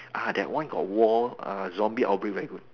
ah that one that one got war ah zombie outbreak very good